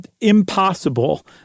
impossible